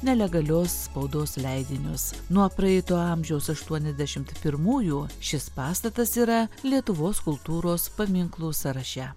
nelegalios spaudos leidinius nuo praeito amžiaus aštuoniasdešimt pirmųjų šis pastatas yra lietuvos kultūros paminklų sąraše